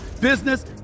business